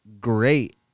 great